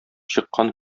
чыккан